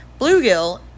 bluegill